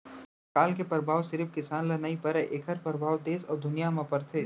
अकाल के परभाव सिरिफ किसान ल नइ परय एखर परभाव देस अउ दुनिया म परथे